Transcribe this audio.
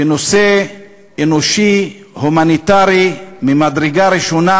בנושא אנושי הומניטרי ממדרגה ראשונה,